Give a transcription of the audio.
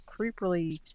creepily